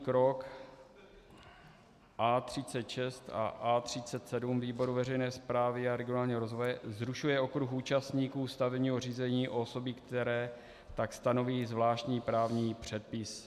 Krok 37., A36 a A37 výboru veřejné správy a regionálního rozvoje zrušuje okruh účastníků stavebního řízení o osoby, které tak stanoví zvláštní právní předpis.